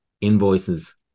invoices